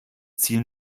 ziel